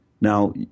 Now